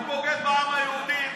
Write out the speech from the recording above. הוא בוגד בעם היהודי,